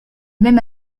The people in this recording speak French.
même